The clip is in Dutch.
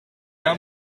dank